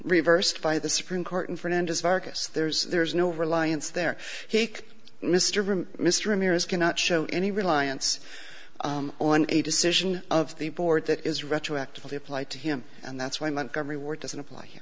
reversed by the supreme court in fernandez vargas there's there's no reliance there he mr mr ramirez cannot show any reliance on a decision of the board that is retroactively applied to him and that's why montgomery ward doesn't apply